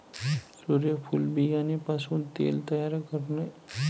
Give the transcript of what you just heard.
सूर्यफूल बियाणे पासून तेल तयार करणे